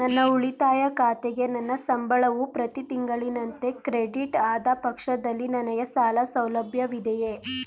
ನನ್ನ ಉಳಿತಾಯ ಖಾತೆಗೆ ನನ್ನ ಸಂಬಳವು ಪ್ರತಿ ತಿಂಗಳಿನಂತೆ ಕ್ರೆಡಿಟ್ ಆದ ಪಕ್ಷದಲ್ಲಿ ನನಗೆ ಸಾಲ ಸೌಲಭ್ಯವಿದೆಯೇ?